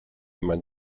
eman